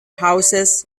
houses